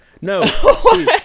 no